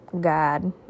god